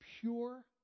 pure